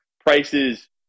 prices